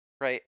right